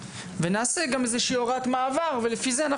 ונעשה גם איזושהי הוראת מעבר ולפי זה,